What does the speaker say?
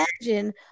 imagine